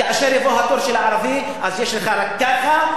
וכאשר יבוא התור של הערבי אז יש לך רק ככה,